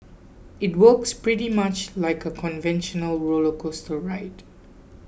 it works pretty much like a conventional roller coaster ride